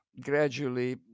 Gradually